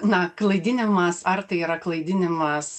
na klaidinimas ar tai yra klaidinimas